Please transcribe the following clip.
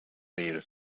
mehl